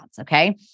Okay